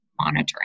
monitoring